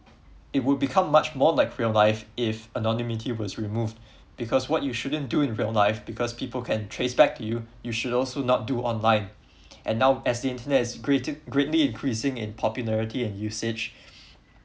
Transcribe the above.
it would become much more like a real life if anonymity was removed because what you shouldn't do in real life because people can trace back to you you should also not do online and now as the internet is great~ greatly increasing in popularity in usage